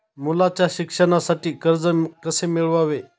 मुलाच्या शिक्षणासाठी कर्ज कसे मिळवावे?